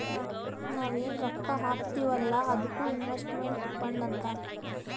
ನಾವ್ ಎನ್ ರೊಕ್ಕಾ ಹಾಕ್ತೀವ್ ಅಲ್ಲಾ ಅದ್ದುಕ್ ಇನ್ವೆಸ್ಟ್ಮೆಂಟ್ ಫಂಡ್ ಅಂತಾರ್